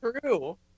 true